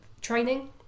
training